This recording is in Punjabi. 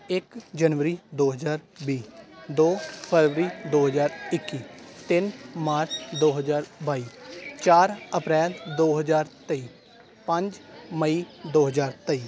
ਇੱਕ ਜਨਵਰੀ ਦੋ ਹਜ਼ਾਰ ਵੀਹ ਦੋ ਫਰਵਰੀ ਦੋ ਹਜ਼ਾਰ ਇੱਕੀ ਤਿੰਨ ਮਾਰਚ ਦੋ ਹਜ਼ਾਰ ਬਾਈ ਚਾਰ ਅਪ੍ਰੈਲ ਦੋ ਹਜ਼ਾਰ ਤੇਈ ਪੰਜ ਮਈ ਦੋ ਹਜ਼ਾਰ ਤੇਈ